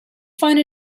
find